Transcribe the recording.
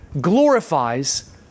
glorifies